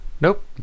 nope